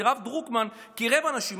כי הרב דרוקמן קירב אנשים.